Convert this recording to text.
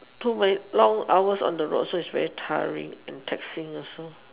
too many long hours on the road so is very tiring and taxing also